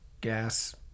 gas